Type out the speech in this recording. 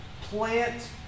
plant